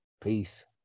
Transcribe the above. Peace